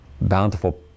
bountiful